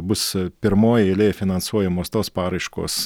bus pirmoj eilėj finansuojamos tos paraiškos